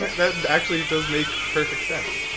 but that actually does make perfect sense.